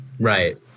Right